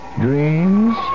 dreams